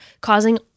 causing